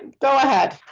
go ahead.